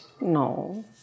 no